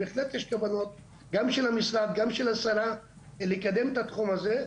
בהחלט יש כוונות של המשרד וגם של השרה לקדם את התחום הזה.